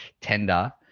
tender